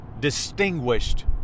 distinguished